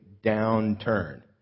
downturn